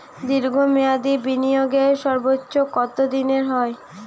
দীর্ঘ মেয়াদি বিনিয়োগের সর্বোচ্চ কত দিনের হয়?